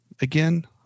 again